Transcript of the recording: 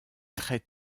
très